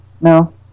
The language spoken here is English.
No